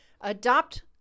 Adopt